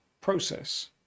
process